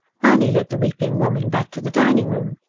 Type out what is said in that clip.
mahony led the weeping woman back to the dining-room.